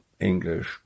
English